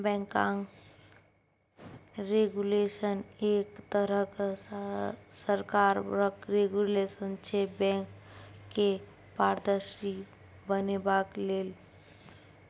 बैंकक रेगुलेशन एक तरहक सरकारक रेगुलेशन छै बैंक केँ पारदर्शी बनेबाक लेल